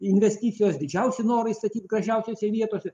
investicijos didžiausi norai statyt gražiausiose vietose